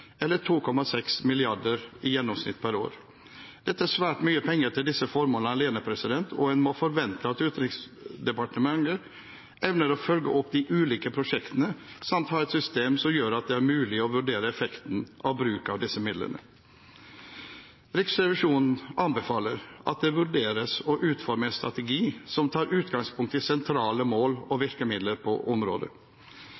eller 2,6 mrd. kr i gjennomsnitt per år. Dette er svært mye penger til disse formålene alene, og en må forvente at Utenriksdepartementet evner å følge opp de ulike prosjektene samt ha et system som gjør at det er mulig å vurdere effekten av bruk av disse midlene. Riksrevisjonen anbefaler at det vurderes å utforme en strategi som tar utgangspunkt i sentrale mål og virkemidler på området kunnskapsgrunnlaget for styresett og